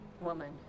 woman